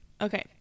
okay